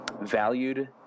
valued